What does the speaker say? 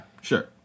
Sure